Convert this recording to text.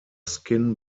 skin